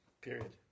Period